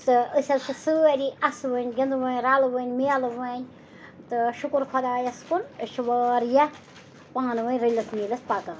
تہٕ أسۍ حظ چھِ سٲری اَسہٕ وٕنۍ گِنٛدٕ وٕنۍ رَلہٕ وٕنۍ میلہٕ وٕنۍ تہٕ شُکُر خۄدایَس کُن أسۍ چھِ واریاہ پانہٕ ؤنۍ رٔلِتھ میٖلِتھ پَکان